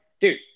Dude